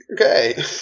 Okay